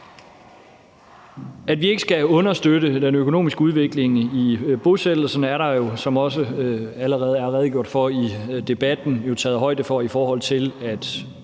At vi ikke skal understøtte den økonomiske udvikling i bosættelserne, er der jo, som der også allerede er redegjort for i debatten, taget højde for, set i forhold til at